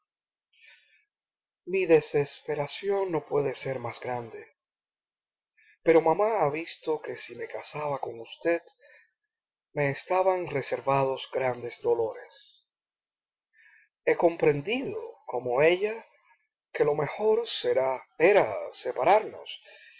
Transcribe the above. mi desesperación no puede ser más grande pero mamá ha visto que si me casaba con usted me estaban reservados grandes dolores he comprendido como ella que lo mejor era separarnos